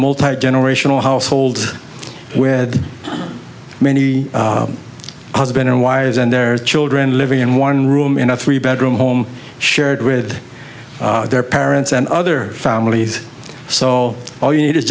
multigenerational households where many husband and wires and there are children living in one room enough three bedroom home shared with their parents and other families so all you need is